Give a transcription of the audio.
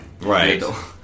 Right